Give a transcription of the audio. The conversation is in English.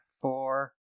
four